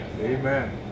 Amen